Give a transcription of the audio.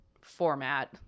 format